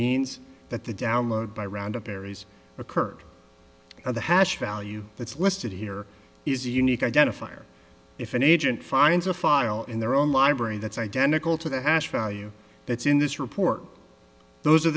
means that the download by round up areas occurred at the hash value that's listed here is a unique identifier if an agent finds a file in their own library that's identical to the hash value that's in this report those are